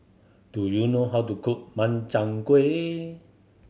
do you know how to cook Makchang Gui